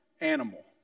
animal